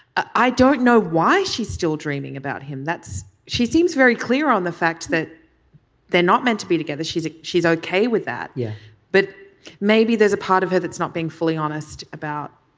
i don't know why she's still dreaming about him. that's she seems very clear on the fact that they're not meant to be together she's she's okay with that. yeah but maybe there's a part of her that's not being fully honest about.